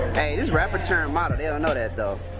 hey it's rapper time, they don't know that though.